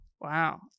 Wow